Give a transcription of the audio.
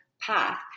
path